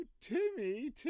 timmy